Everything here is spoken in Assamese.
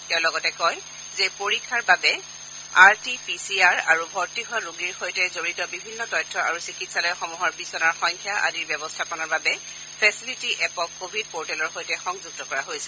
তেওঁ লগতে কয় যে পৰীক্ষাৰ বাবে R T P C R আৰু ভৰ্তি হোৱা ৰোগীৰ সৈতে জড়িত বিভিন্ন তথ্য আৰু চিকিৎসালয় সমূহৰ বিছনাৰ সংখ্যা আদিৰ ব্যৱস্থাপনাৰ বাবে ফেচিলিটি এপক কভিড পৰ্টেলৰ সৈতে সংযুক্ত কৰা হৈছে